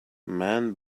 man